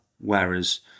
whereas